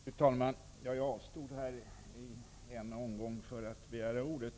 Fru talman! Jag avstod från att begära ordet i förra omgången.